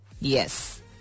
Yes